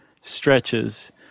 stretches